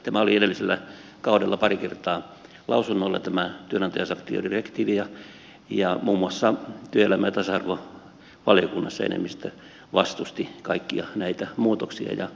tämä työnantajasanktiodirektiivi oli edellisellä kaudella pari kertaa lausunnolla ja muun muassa työelämä ja tasa arvovaliokunnassa enemmistö vastusti kaikkia näitä muutoksia